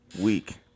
week